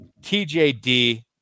TJD